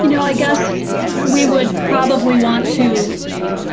you know i guess we would probably want to